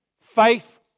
faith